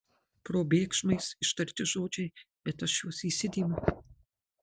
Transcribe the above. probėgšmais ištarti žodžiai bet aš juos įsidėmiu